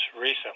recent